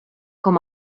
com